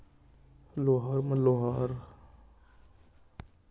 लोहार मन ह लोहा अउ लोहा ले बने जिनिस मन ल फरगे के काम करथे